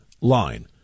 line